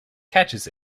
catches